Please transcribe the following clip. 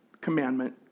commandment